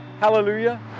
hallelujah